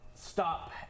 stop